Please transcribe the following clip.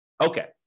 Okay